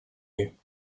you